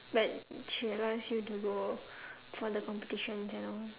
but she allows you to go for the competitions and all